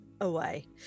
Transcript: away